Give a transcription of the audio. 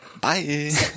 Bye